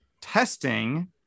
testing